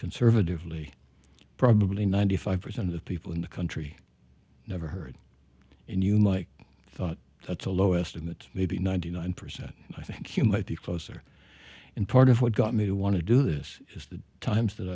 conservatively probably ninety five percent of the people in the country never heard and you mike thought that's a low estimate maybe ninety nine percent i think you might be closer in part of what got me to want to do this is the times that